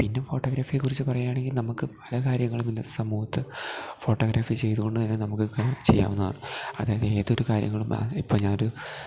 പിന്നെ ഫോട്ടോഗ്രാഫിയെക്കുറിച്ച് പറയ്യാണെങ്കിൽ നമുക്ക് പലകാര്യങ്ങളുമിന്ന് സമൂഹത്ത് ഫോട്ടോഗ്രാഫി ചെയ്തത് കൊണ്ട് നമുക്ക് എപ്പോഴും ചെയ്യാവുന്നതാണ് അതായത് ഏതൊര് കാര്യങ്ങളും അതിപ്പം ഞാനൊരു